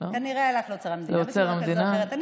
כנראה הלך לאוצר המדינה בדרך כזאת או אחרת.